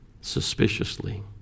suspiciously